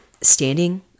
standing